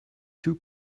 two